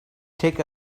take